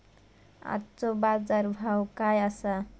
आजचो बाजार भाव काय आसा?